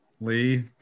Lee